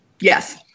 yes